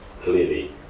clearly